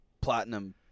platinum